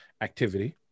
activity